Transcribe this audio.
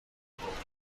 gebraucht